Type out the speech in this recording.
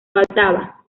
faltaba